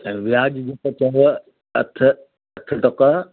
ऐं व्याज बि पोइ चयव अठ अठ टका